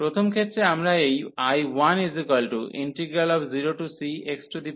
প্রথম ক্ষেত্রে আমরা এই I10cxm 11 xn 1dx নিয়েছি